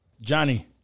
Johnny